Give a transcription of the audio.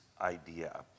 idea